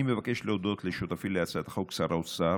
אני מבקש להודות לשותפי להצעת החוק, שר האוצר,